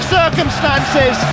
circumstances